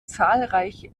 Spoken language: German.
zahlreiche